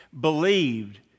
believed